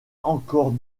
encore